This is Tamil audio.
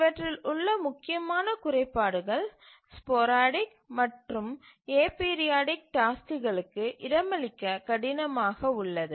இவற்றில் உள்ள முக்கியமான குறைபாடுகள் ஸ்போரடிக் மற்றும் ஏபீரியாடிக் டாஸ்க்குகளுக்கு இடமளிக்க கடினமாக உள்ளது